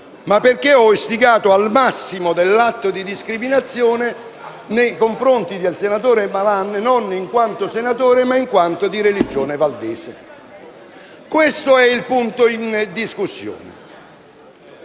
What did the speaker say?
ma perché ho istigato al massimo dell'atto di discriminazione nei confronti del senatore Malan, non in quanto senatore, ma in quanto di religione valdese. Questo è il punto in discussione.